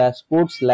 sports